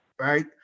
right